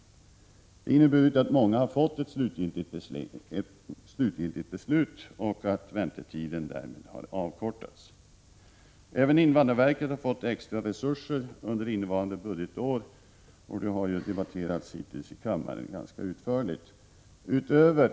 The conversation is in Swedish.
Det har inneburit att många har fått ett slutgiltigt beslut och att väntetiden därmed har kortats. Även invandrarverket har fått extra resurser under innevarande budgetår, vilket har debatterats ganska utförligt i kammaren.